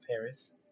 Paris